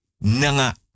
nanga